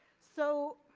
so